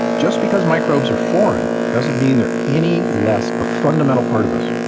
just because microbes are foreign doesn't mean they're any less a fundamental part of us,